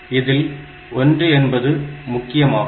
இதில் 1 என்பது முக்கியமாகும்